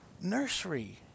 Nursery